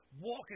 walk